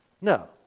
No